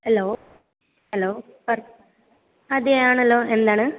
hello hello അതേ ആണല്ലോ എന്താണ്